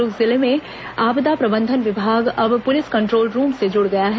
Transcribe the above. दुर्ग जिले में आपदा प्रबंधन विभाग अब पुलिस कंट्रोल रूम से जुड़ गया है